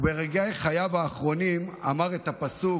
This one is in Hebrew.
וברגעי חייו האחרונים אמר את הפסוק